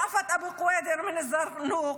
ראפת אבו קוידר מא-זרנוק,